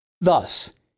Thus